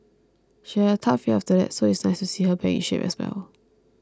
she had a tough year after that so it's nice to see her back in shape as well